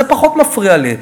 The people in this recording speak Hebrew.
זה פחות מפריע לי.